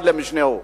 אחד למשנהו.